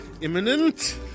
imminent